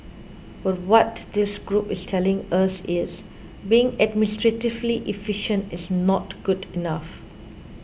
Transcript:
but what this group is telling us is being administratively efficient is not good enough